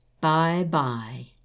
Bye-bye